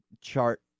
chart